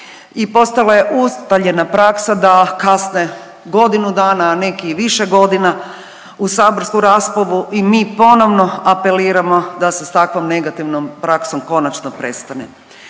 postalo je ustaljena praksa da kasne godinu dana, a neki i više godina u saborsku raspravu i mi ponovno apeliramo da se s takvom negativnom praksom konačno prestane.